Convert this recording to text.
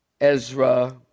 Ezra